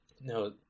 no